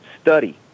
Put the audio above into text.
Study